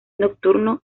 nocturno